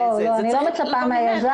לא, אני לא מצפה מהיזם.